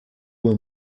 were